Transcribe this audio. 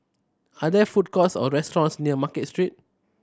are there food courts or restaurants near Market Street